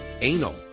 anal